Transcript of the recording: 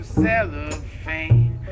cellophane